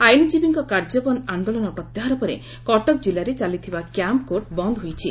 ଆଇନଜୀବୀଙ୍କ କାର୍ଯ୍ୟବନ୍ଦ ଆନ୍ଦୋଳନ ପ୍ରତ୍ୟାହାର ପରେ କଟକ ଜିଲ୍ଲାରେ ଚାଲିଥିବା କ୍ୟାମ୍ପ୍କୋର୍ଟ ବନ୍ଦ ହୋଇଛି